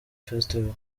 festival